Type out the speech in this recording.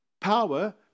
power